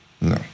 No